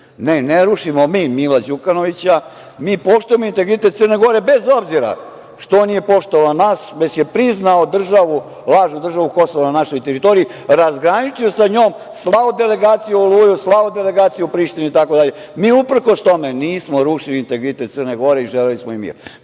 Ne, ne rušimo mi Mila Đukanovića, mi poštujemo integritet Crne Gore bez obzira što on nije poštovao naš, već je priznao lažnu državu Kosovo na našoj teritoriji, razgraničio sa njom, slao delegaciju u Prištini itd. Mi, uprkos tome, nismo rušili integritet Crne Gore i želeli smo im mir.